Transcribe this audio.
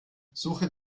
suche